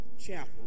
Chapel